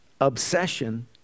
obsession